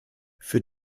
für